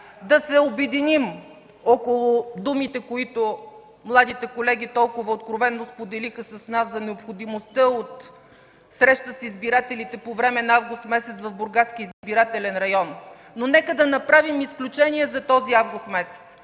да се обединим около думите, които младите колеги толкова откровено споделиха с нас - за необходимостта от срещи с избирателите по време на месец август в Бургаския избирателен район, но нека да направим изключение за този август.